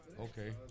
Okay